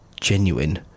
genuine